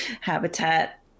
Habitat